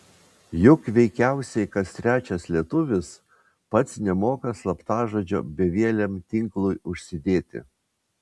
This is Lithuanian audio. juk veikiausiai kas trečias lietuvis pats nemoka slaptažodžio bevieliam tinklui užsidėti